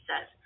says